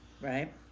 right